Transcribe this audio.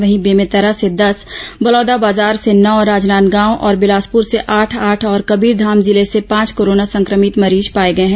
वहीं बेमेतरा से दस बलौदाबाजार से नौ राजनादगाव और बिलासपूर से आठ आठ और कबीरधाम जिले से पांच कोरोना संक्रमित मरीज पाए गए हैं